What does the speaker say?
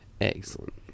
Excellent